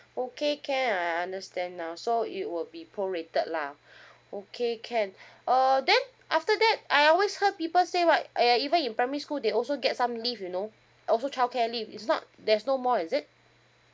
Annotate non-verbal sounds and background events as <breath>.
okay can I understand now so it would be prorated lah <breath> okay can <breath> uh then after that I always heard people say what !aiya! even in primary school they also get some leave you know also childcare leave is not does no more is it